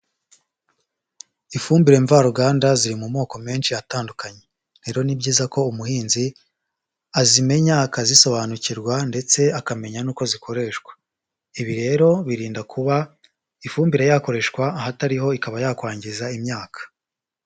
Ifumbire mvaruganda ziri mu moko menshi atandukanye, rero ni byiza ko umuhinzi azimenya akazisobanukirwa ndetse akamenya n'uko zikoreshwa, ibi rero birinda kuba ifumbire yakoreshwa ahatariho ikaba yakwangiza imyaka.